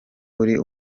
uri